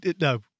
No